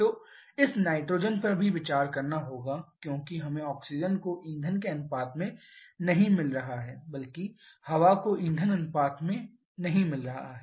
तो इस नाइट्रोजन पर भी विचार करना होगा क्योंकि हमें ऑक्सीजन को ईंधन के अनुपात में नहीं मिल रहा है बल्कि हवा को ईंधन अनुपात में नहीं मिल रहा है